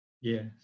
Yes